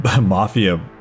mafia